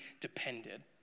depended